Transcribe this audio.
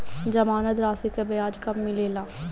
जमानद राशी के ब्याज कब मिले ला?